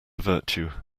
virtue